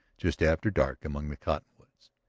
just after dark among the cottonwoods,